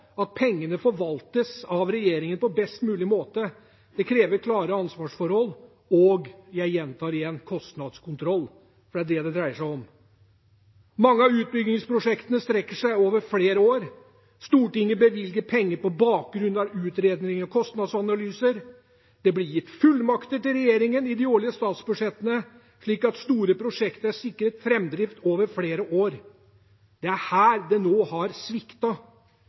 at pengene forvaltes av regjeringen på best mulig måte. Det krever klare ansvarsforhold og – jeg gjentar – kostnadskontroll, for det er det det dreier seg om. Mange av utbyggingsprosjektene strekker seg over flere år. Stortinget bevilger penger på bakgrunn av utredninger og kostnadsanalyser. Det blir gitt fullmakter til regjeringen i de årlige statsbudsjettene slik at store prosjekter er sikret framdrift over flere år. Det er her det nå har